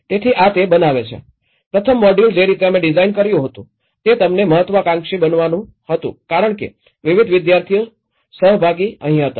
તેથી આ તે બનાવે છે પ્રથમ મોડ્યુલ જે રીતે અમે ડિઝાઇન કર્યું હતું તે તમને મહત્વાકાંક્ષી બનાવવાનું હતું કારણ કે વિવિધ વિદ્યાર્થી સહભાગીઓ અહીં હતા